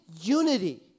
unity